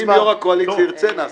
אם יושב-ראש הקואליציה ירצה נעשה.